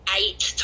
eight